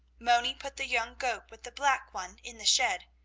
moni put the young goat with the black one in the shed,